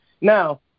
Now